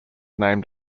named